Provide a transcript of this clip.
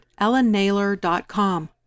ellennaylor.com